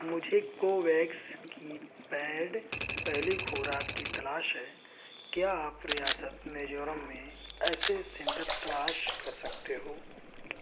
مجھے کوویکس کی پیڈ پہلی خوراک کی تلاش ہے کیا آپ ریاست میزورم میں ایسے سنٹر تلاش کر سکتے ہو